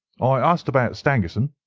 i asked about stangerson.